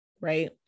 right